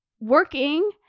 working